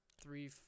three